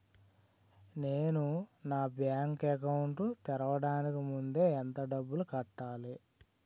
నేను నా bank account తెరవడానికి ముందు ఎంత డబ్బులు కట్టాలి?